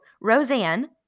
Roseanne